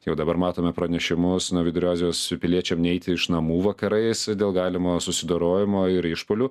jau dabar matome pranešimus na vidurio azijos piliečiam neiti iš namų vakarais dėl galimo susidorojimo ir išpuolių